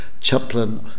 chaplain